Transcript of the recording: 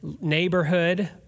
neighborhood